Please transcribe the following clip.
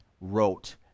wrote